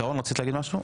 שרון, רצית להגיד משהו?